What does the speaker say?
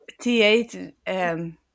T8